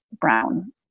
Brown